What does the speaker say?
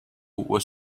was